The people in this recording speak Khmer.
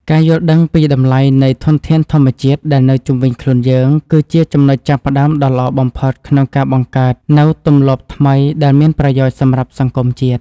ការយល់ដឹងពីតម្លៃនៃធនធានធម្មជាតិដែលនៅជុំវិញខ្លួនយើង គឺជាចំណុចចាប់ផ្ដើមដ៏ល្អបំផុតក្នុងការបង្កើតនូវទម្លាប់ថ្មីដែលមានប្រយោជន៍សម្រាប់សង្គមជាតិ។